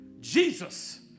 Jesus